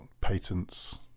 patents